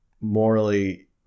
morally